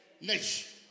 nation